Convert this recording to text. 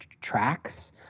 tracks